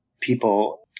people